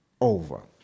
over